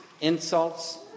insults